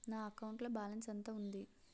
నా అకౌంట్ లో బాలన్స్ ఎంత ఉంది?